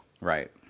Right